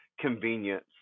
convenience